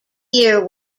year